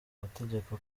mategeko